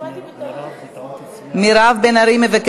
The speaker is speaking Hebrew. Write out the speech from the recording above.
לטיפול רפואי בשם קטין שהורהו מואשם בביצוע עבירת מין או אלימות כלפיו),